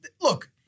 Look